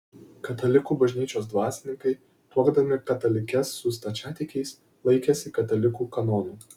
katalikų bažnyčios dvasininkai tuokdami katalikes su stačiatikiais laikėsi katalikų kanonų